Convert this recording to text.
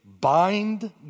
bind